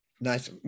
Nice